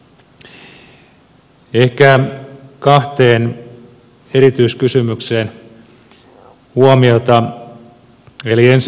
ehkä kahteen erityiskysymykseen kiinnitän huomiota eli ensinnäkin tämä poikkeuslupien käsittely